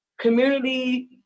community